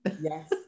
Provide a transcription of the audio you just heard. yes